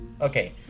Okay